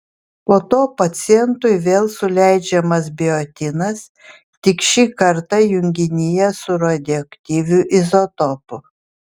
po to pacientui vėl suleidžiamas biotinas tik šį kartą junginyje su radioaktyviu izotopu